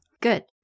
good